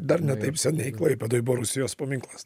dar ne taip seniai klaipėdoj buvo rusijos paminklas